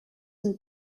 and